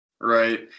right